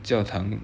教堂